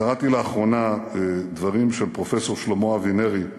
קראתי לאחרונה דברים של פרופסור שלמה אבינרי.